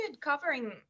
covering